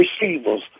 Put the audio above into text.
receivers